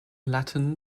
latin